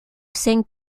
saint